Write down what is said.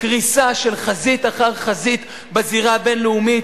קריסה של חזית אחר חזית בזירה הבין-לאומית.